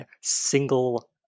Single